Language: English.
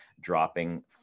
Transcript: dropping